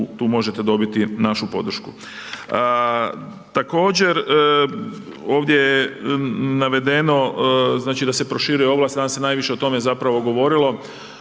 tu možete dobiti našu podršku.